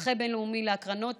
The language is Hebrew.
מומחה בין-לאומי להקרנות